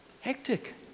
Hectic